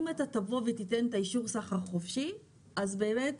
אן אתה תבוא ותיתן את האישור סחר חופשי אז באמת,